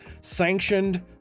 sanctioned